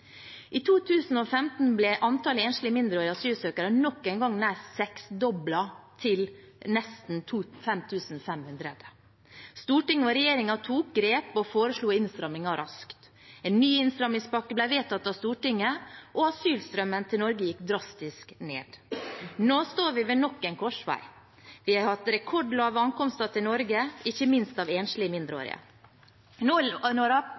I 2015 ble antallet enslige mindreårige asylsøkere nok en gang nær seksdoblet, til nesten 5 500. Stortinget og regjeringen tok grep og foreslo innstramminger raskt. En ny innstrammingspakke ble vedtatt av Stortinget, og asylstrømmen til Norge gikk drastisk ned. Nå står vi ved nok en korsvei. Vi har hatt rekordlave ankomster til Norge, ikke minst av enslige